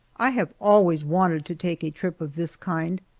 i have always wanted to take a trip of this kind,